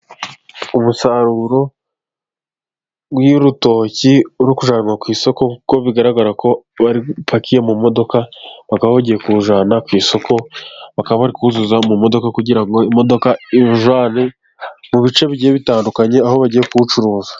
Umusaruro w'urutoki uri kujyanwa ku isoko, kuko bigaragara ko bapakiye mu modoka, bakaba bagiye kuwujyana ku isoko ,bakaba bari kuzuza mu modoka kugira imodoka iwujyane mu bice bitandukanye, aho bagiye kuwucuruza.